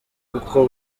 uko